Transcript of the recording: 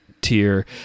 tier